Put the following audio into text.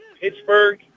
Pittsburgh